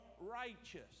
righteous